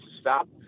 stop